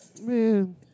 Man